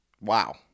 Wow